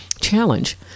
challenge